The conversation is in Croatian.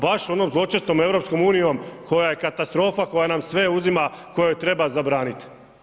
Baš onom zločestom EU koja je katastrofa, koja nam sve uzima, koju treba zabraniti.